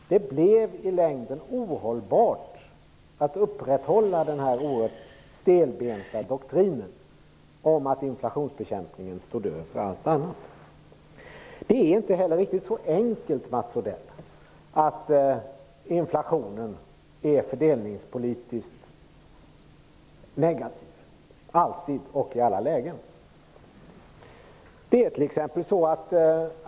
Det blev i längden ohållbart att upprätthålla den oerhört stelbenta doktrinen om att inflationsbekämpningen stod över allt annat. Det är inte riktigt så enkelt, Mats Odell, att inflationen alltid och i alla lägen är fördelningspolitiskt negativ.